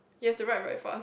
ya to write very fast